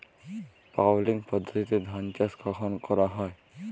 Puddling পদ্ধতিতে ধান চাষ কখন করা হয়?